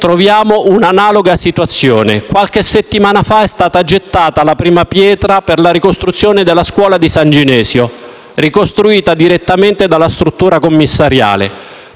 troviamo un'analoga situazione. Qualche settimana fa è stata gettata la prima pietra per la ricostruzione della scuola di San Ginesio, ricostruita direttamente dalla struttura commissariale.